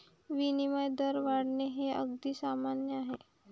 विनिमय दर वाढणे हे अगदी सामान्य आहे